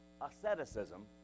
asceticism